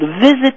visit